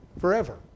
forever